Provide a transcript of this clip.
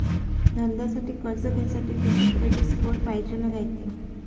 धंद्यासाठी कर्ज घ्यासाठी कितीक क्रेडिट स्कोर पायजेन रायते?